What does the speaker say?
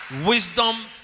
wisdom